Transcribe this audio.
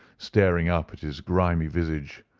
staring up at his grimy visage.